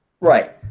Right